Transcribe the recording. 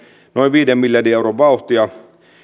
noin viiden miljardin euron vauhtia